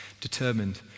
determined